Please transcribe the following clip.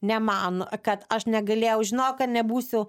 ne man kad aš negalėjau žinojau kad nebūsiu